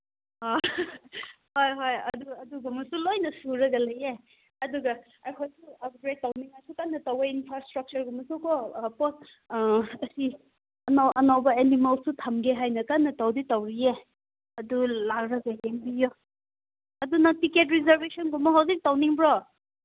ꯑꯥ ꯍꯣꯏ ꯍꯣꯏ ꯑꯗꯨ ꯑꯗꯨꯒꯨꯝꯕꯁꯨ ꯂꯣꯏ ꯁꯨꯔꯒ ꯂꯩꯌꯦ ꯑꯗꯨꯒ ꯑꯩꯈꯣꯏ ꯎꯞꯒ꯭ꯔꯦꯠ ꯇꯧꯅꯤꯉꯥꯏꯁꯨ ꯀꯟꯅ ꯇꯧꯋꯦ ꯏꯟꯐ꯭ꯔꯥ ꯏꯁꯇ꯭ꯔꯛꯆꯔꯒꯨꯝꯕꯁꯨꯀꯣ ꯄꯣꯠ ꯑꯁꯤ ꯑꯅꯧ ꯑꯅꯧꯕ ꯑꯦꯅꯤꯃꯜꯁꯁꯨ ꯊꯝꯒꯦ ꯍꯥꯏꯅ ꯀꯟꯅ ꯇꯧꯗꯤ ꯇꯧꯔꯤꯌꯦ ꯑꯗꯨꯒ ꯂꯥꯛꯂꯒ ꯌꯦꯡꯕꯤꯔꯣ ꯑꯗꯨ ꯅꯪ ꯇꯤꯀꯦꯠ ꯔꯤꯖꯥꯔꯕꯦꯁꯟꯒꯨꯝꯕ ꯍꯧꯖꯤꯛ ꯇꯧꯅꯤꯡꯕ꯭ꯔꯣ